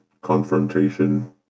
Confrontation